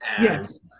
Yes